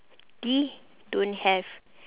D don't have